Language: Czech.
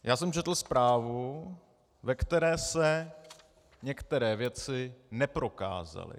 Já jsem četl zprávu, ve které se některé věci neprokázaly.